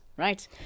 right